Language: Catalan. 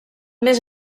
més